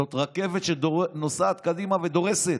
זאת רכבת שנוסעת קדימה ודורסת